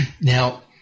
Now